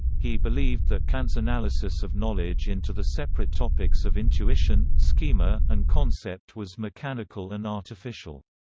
he believed that kant's analysis of knowledge into the separate topics of intuition, schema, and concept was mechanical and artificial.